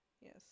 yes